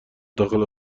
داخل